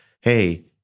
hey